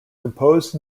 composed